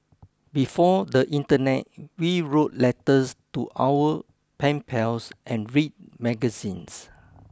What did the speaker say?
before the internet we wrote letters to our pen pals and read magazines